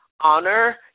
honor